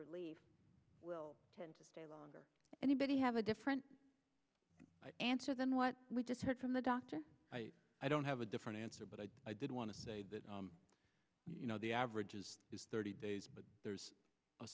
r will tend to stay longer anybody have a different answer than what we just heard from the doc i don't have a different answer but i did want to say that you know the average is thirty days but there's a